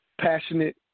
passionate